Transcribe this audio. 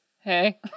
Hey